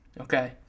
Okay